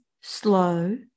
slow